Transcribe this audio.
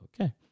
Okay